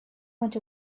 went